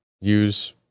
use